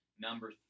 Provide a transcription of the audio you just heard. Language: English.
Number